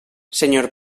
senyor